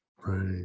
Right